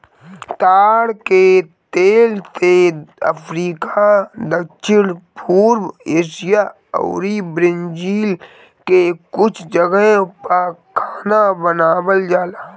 ताड़ के तेल से अफ्रीका, दक्षिण पूर्व एशिया अउरी ब्राजील के कुछ जगह पअ खाना बनावल जाला